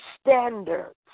standards